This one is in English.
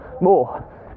more